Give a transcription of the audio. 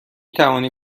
توانی